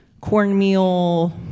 cornmeal